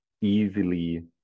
easily